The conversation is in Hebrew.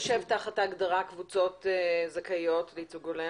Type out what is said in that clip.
מה יושב תחת ההגדרה קבוצות זכאיות לייצוג הולם?